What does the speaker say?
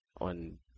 on